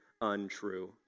untrue